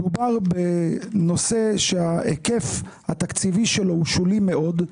מדובר בנושא שההיקף התקציבי שלו שולי מאוד,